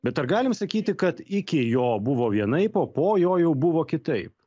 bet ar galim sakyti kad iki jo buvo vienaip o po jo jau buvo kitaip